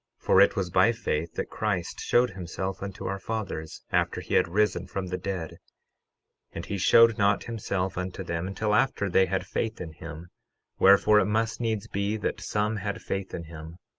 for it was by faith that christ showed himself unto our fathers, after he had risen from the dead and he showed not himself unto them until after they had faith in him wherefore, it must needs be that some had faith in him,